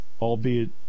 albeit